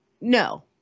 No